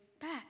back